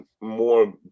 more